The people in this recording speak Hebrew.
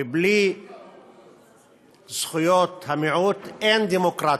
בלי זכויות המיעוט אין דמוקרטיה,